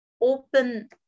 open